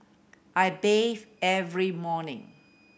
I bathe every morning